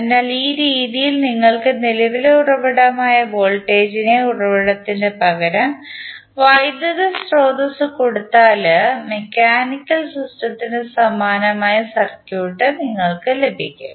അതിനാൽ ഈ രീതിയിൽ നിങ്ങൾക്ക് നിലവിലെ ഉറവിടമായി വോൾട്ടേജ് ഉറവിടത്തിനുപകരം വൈദ്യുത സ്രോതസ്സ് കൊടുത്താൽ മെക്കാനിക്കൽ സിസ്റ്റത്തിന് സമാനമായ സർക്യൂട്ട് നിങ്ങൾക്ക് ലഭിക്കും